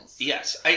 Yes